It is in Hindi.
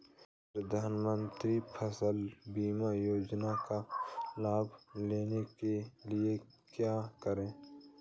प्रधानमंत्री फसल बीमा योजना का लाभ लेने के लिए क्या करें?